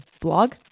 blog